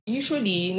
usually